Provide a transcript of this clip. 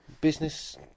business